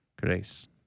Grace